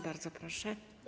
Bardzo proszę.